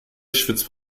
schwitzt